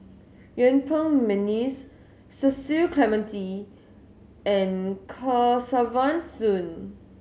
Yuen Peng McNeice Cecil Clementi and Kesavan Soon